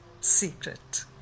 secret